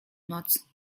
noc